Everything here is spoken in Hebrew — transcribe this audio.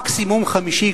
מקסימום חמישי,